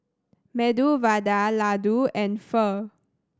Medu Vada Ladoo and Pho